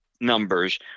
numbers